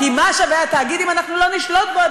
כי מה שווה התאגיד אם אנחנו לא שולטים בו,